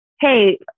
hey